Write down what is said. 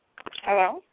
hello